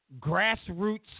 grassroots